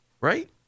right